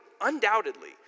undoubtedly